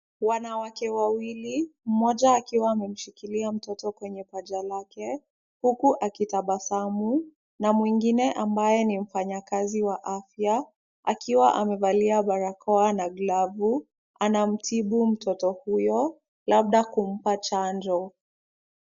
Wanawake wawili, mmoja akiwa amemshikilia mtoto kwenye paja lake huku akitabasamu, na mwingine ambaye ni mfanyakazi wa afya, akiwa amevalia barakoa na glavu, anamtibu mtoto huyo, labda kumpa chanjo.